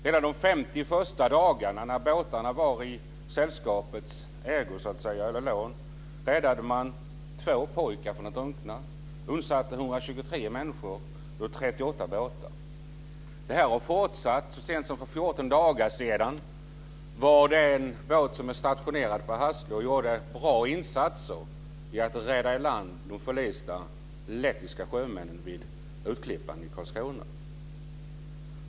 Redan under de 50 första dagarna när båtarna var hos Sjöräddningssällskapet räddade man två pojkar från att drunkna och undsatte 123 människor ur 38 båtar. Detta har fortsatt. Så sent som för 14 dagar sedan var det en båt som är stationerad på Hasslö som gjorde en bra insats när man räddade i land de förlista lettiska sjömännen vid Utklippan i Karlskrona.